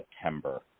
September